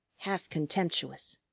half contemptuous.